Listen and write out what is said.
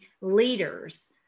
leaders